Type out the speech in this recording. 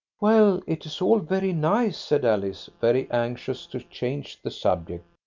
well, it's all very nice, said alice, very anxious to change the subject.